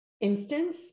instance